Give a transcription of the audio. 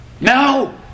No